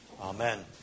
Amen